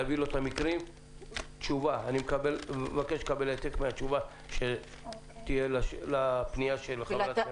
להעביר לו את המקרים ואני מבקש לקבל העתק מהתשובה לפנייה של חברת הכנסת.